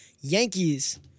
Yankees